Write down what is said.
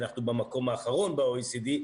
אנחנו במקום האחרון ב-OECD,